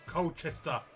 Colchester